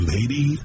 Lady